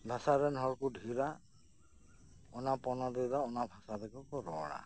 ᱵᱷᱟᱥᱟ ᱨᱮᱱ ᱦᱚᱲ ᱠᱚ ᱰᱷᱮᱨᱟ ᱚᱱᱟ ᱯᱚᱱᱚᱛ ᱨᱮᱫᱚ ᱚᱱᱟ ᱵᱷᱟᱥᱟ ᱛᱮᱜᱮ ᱠᱚ ᱨᱚᱲᱟ